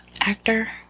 actor